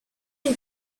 une